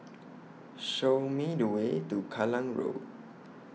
Show Me The Way to Kallang Road